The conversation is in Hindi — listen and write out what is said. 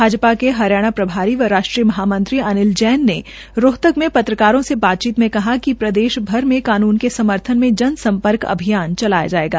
भाजपा के हरियाणा प्रभारी व राष्ट्रीय महामंत्री अनिल जैन ने रोहतक में पत्रकारों से बातचीत में बताया कि प्रदेश भर में कानून के समर्थन में जनसंपर्क अभियान चलाया जाएगा